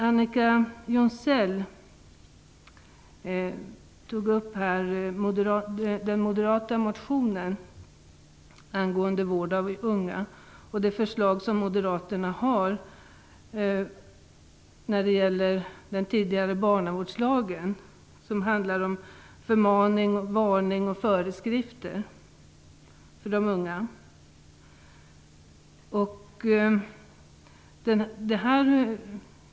Annika Jonsell tog här upp den moderata motionen angående vård av unga och moderaternas förslag i linje med den tidigare barnavårdslagens stadganden om förmaning, varning och föreskrifter i vården av de unga.